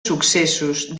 successos